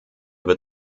wird